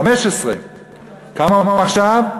15. כמה הוא עכשיו?